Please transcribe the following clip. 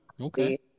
okay